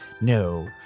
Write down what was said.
no